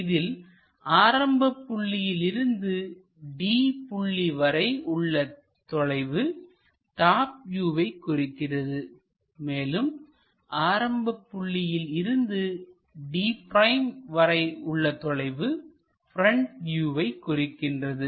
இதில் ஆரம்பப் புள்ளியில் இருந்து d புள்ளி வரை உள்ள தொலைவு டாப் வியூவை குறிக்கிறது மேலும் ஆரம்பப் புள்ளியில் இருந்து d' வரை உள்ள தொலைவு ப்ரெண்ட் வியூவை குறிக்கின்றது